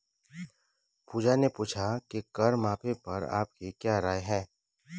पूजा ने पूछा कि कर माफी पर आपकी क्या राय है?